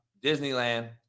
Disneyland